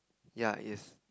yeah is